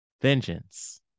vengeance